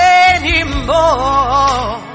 anymore